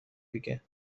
دیگه